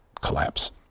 collapse